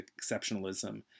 exceptionalism